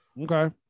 Okay